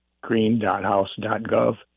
green.house.gov